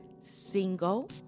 Single